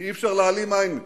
ואי-אפשר להעלים עין מכך,